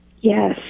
Yes